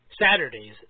Saturdays